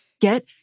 Get